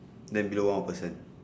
then below one person